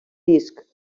disc